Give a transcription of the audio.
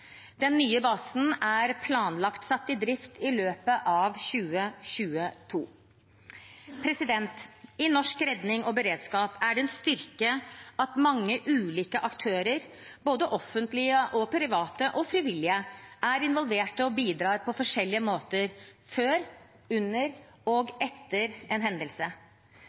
Den nye basen er planlagt satt i drift i løpet av 2022. I norsk redning og beredskap er det en styrke at mange ulike aktører, både offentlige, private og frivillige, er involvert og bidrar på forskjellige måter før, under og etter en hendelse.